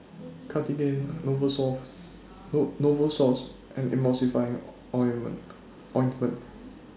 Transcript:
Cartigain No Novosource and Emulsying Ointment